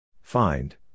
Find